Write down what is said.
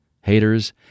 haters